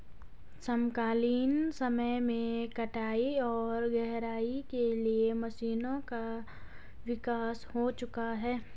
समकालीन समय में कटाई और गहराई के लिए मशीनों का विकास हो चुका है